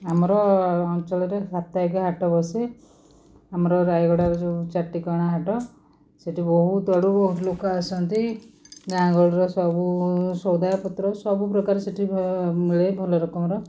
ଆମର ଅଞ୍ଚଳରେ ସାପ୍ତାହିକା ହାଟ ବସେ ଆମର ରାୟଗଡ଼ାରୁ ଚାଟିକଣା ହାଟ ସେଇଠି ବହୁତ ଆଡ଼ୁ ଲୋକ ଆସନ୍ତି ଗାଁଗହଳିର ସବୁ ସଉଦାପତ୍ର ସବୁପ୍ରକାର ସେଇଠି ମିଳେ ଭଲ ରକମର